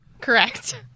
correct